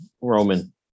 roman